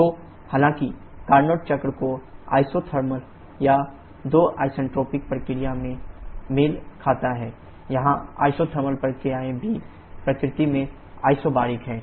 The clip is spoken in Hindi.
तो हालांकि कार्नट चक्र दो आइसोथर्मल और दो आइसेंट्रोपिक प्रक्रियाओं से मेल खाता है यहां आइसोथर्मल प्रक्रियाएं भी प्रकृति में आइसोबैरिक हैं